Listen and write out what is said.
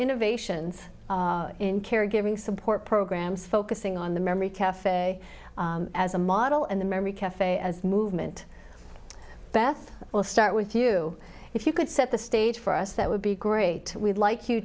innovations in caregiving support programs focusing on the memory cafe as a model and the memory cafe as movement beth we'll start with you if you could set the stage for us that would be great we'd like